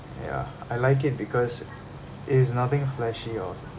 ya I like it because it's nothing flashy or